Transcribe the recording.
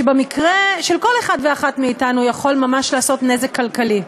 שבמקרה של כל אחד ואחת מאתנו יכולים ממש לעשות נזק כלכלי.